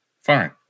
Fine